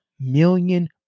million